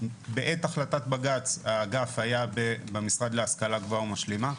בעת החלטת בג"ץ האגף היה במשרד להשכלה גבוהה ומשלימה,